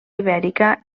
ibèrica